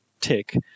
take